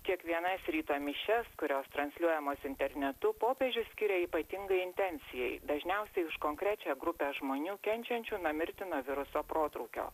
kiekvienas ryto mišias kurios transliuojamos internetu popiežius skiria ypatingai intensijai dažniausiai už konkrečią grupę žmonių kenčiančių nuo mirtino viruso protrūkio